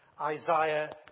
Isaiah